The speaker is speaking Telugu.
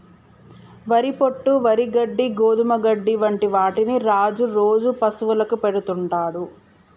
వరి పొట్టు, వరి గడ్డి, గోధుమ గడ్డి వంటి వాటిని రాజు రోజు పశువులకు పెడుతుంటాడు